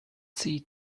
see